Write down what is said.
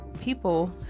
people